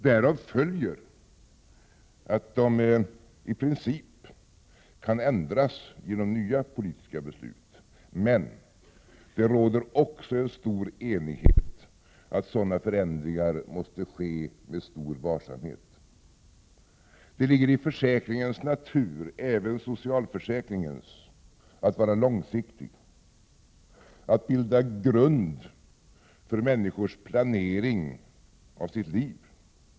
Därav följer att de i princip kan ändras genom nya politiska beslut. Det råder emellertid också enighet om att sådana förändringar måste ske med stor varsamhet. Det ligger i försäkringens natur, även socialförsäkringens natur, att vara långsiktig och att bilda grunden för människors planering av sina liv.